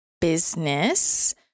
business